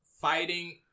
fighting